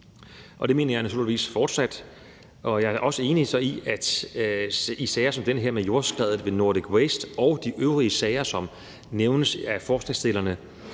Det mener jeg naturligvis fortsat. Jeg er også enig i, at sager som den med jordskredet og Nordic Waste og de øvrige sager, som nævnes af forslagsstillerne,